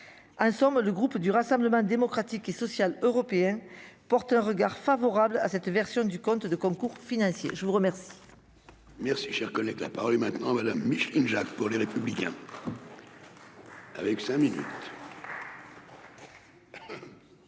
en somme, le groupe du Rassemblement démocratique et social européen porte un regard favorable à cette version du compte de concours financiers, je vous remercie. Merci, cher collègue, la parole maintenant Madame Micheline Jacques pour les républicains, avec 5 minutes.